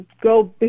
go